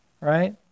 right